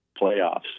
playoffs